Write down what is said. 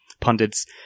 pundits